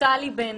נפתלי בנט,